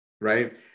right